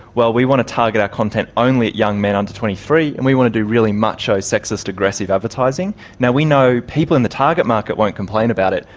well, we want to target our content only at young men under twenty three and we want to do really macho, sexist, aggressive advertising. now, we know people in the target market won't complain about it.